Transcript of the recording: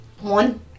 one